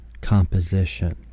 composition